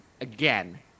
again